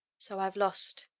so i've lost,